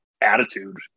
attitude